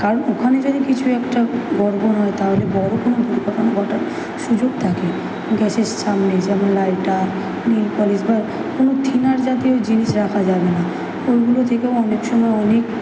কারণ ওখানে যদি কিছু একটা গড়বড় হয় তাহলে বড়ো কোনো দুর্ঘটনা ঘটার সুযোগ থাকে গ্যাসের সামনে যেমন লাইটার নেলপালিশ বা কোনো থিনার জাতীয় জিনিস রাখা যাবে না ওইগুলো যে কেউ অনেক সময় অনেক